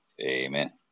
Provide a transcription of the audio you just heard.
Amen